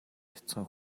бяцхан